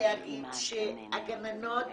להגיד שהגננות